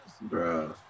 bro